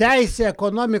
teisė ekonomi